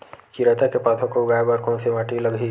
चिरैता के पौधा को उगाए बर कोन से माटी लगही?